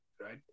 right